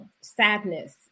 sadness